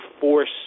force